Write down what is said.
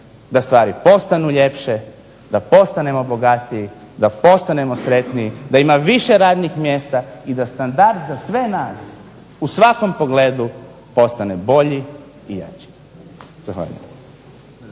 da stvari postanu ljepše, da postanemo bogatiji, da postanemo sretniji, da ima više radnih mjesta i da standarda za sve nas u svakom pogledu postane bolji i jači. Zahvaljujem.